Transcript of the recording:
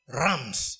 rams